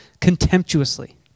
contemptuously